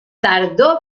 tardor